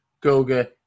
Goga